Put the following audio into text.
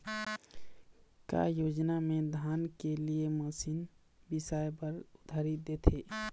का योजना मे धान के लिए मशीन बिसाए बर उधारी देथे?